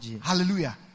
Hallelujah